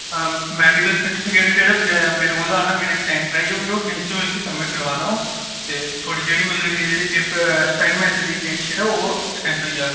medical certificate जेह्डा मेरे कोल ऐ मेरे साइन कराइयै प्रिंसिपल गी सबमिट करानां ओ ते थुआड़ी मतलब के जेह्ड़ी असाइनमेंट दी जेह्डी डेटशीट ऐ ओह् एक्सटेंड होई जाह्ग